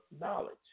knowledge